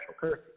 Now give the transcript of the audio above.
currency